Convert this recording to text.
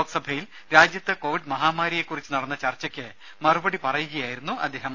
ലോക്സഭയിൽ രാജ്യത്തെ കോവിഡ് മഹാമാരിയെക്കുറിച്ച് നടന്ന ചർച്ചയ്ക്ക് മറുപടി പറയുകയായിരുന്നു അദ്ദേഹം